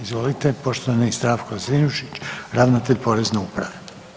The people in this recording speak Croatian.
Izvolite, poštovani Zdravko Zrinušić, ravnatelj Porezne uprave.